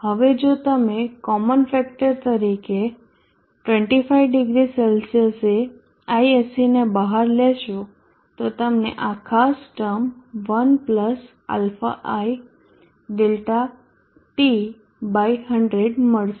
હવે જો તમે કોમન ફેક્ટર તરીકે 250C એ ISC ને બહાર લેશો તો તમને આ ખાસ ટર્મ 1 αi ΔT 100 મળશે